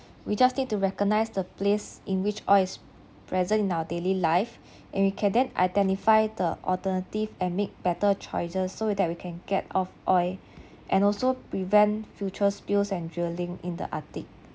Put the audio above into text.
we just need to recognize the place in which oil is present in our daily life and we can then identify the alternative and make better choices so we that we can get off oil and also prevent future spills and drilling in the arctic